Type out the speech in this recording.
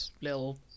little